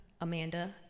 Amanda